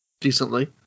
decently